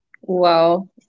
Wow